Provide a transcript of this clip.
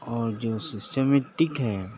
اور جو سسٹمیٹک ہے